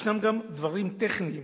ישנם גם דברים טכניים,